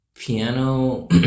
Piano